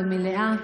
במליאה.